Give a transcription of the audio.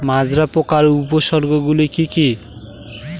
মাজরা পোকার উপসর্গগুলি কি কি?